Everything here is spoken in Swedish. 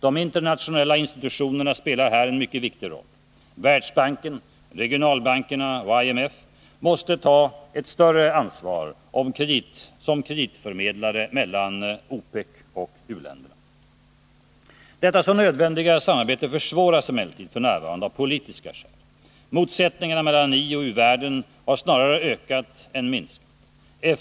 De internationella institutionerna spelar här en mycket viktig roll. Världsbanken, regionalbankerna och IMF måste ta ett större ansvar som kreditförmedlare mellan OPEC och u-länderna. Detta så nödvändiga samarbete försvåras emellertid f. n. av politiska skäl. Motsättningarna mellan ioch u-världen har snarare ökat än minskat.